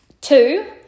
Two